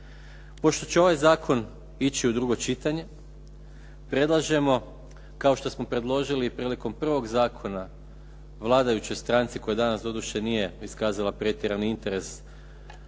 Pošto će ovaj zakon ići u drugo čitanje, predlažemo kao što smo predložili prilikom prvog zakona vladajućoj stranci koja danas doduše nije iskazala pretjerani interes za